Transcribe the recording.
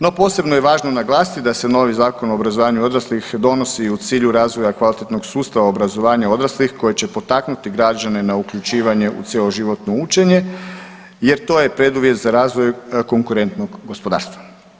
No, posebno je važno naglasiti da se novi Zakon o obrazovanju odraslih donosi u cilju razvoja kvalitetnog sustava obrazovanja odraslih koji će potaknuti građane na uključivanje u cjeloživotno učenje jer to je preduvjet za razvoj konkurentnog gospodarstva.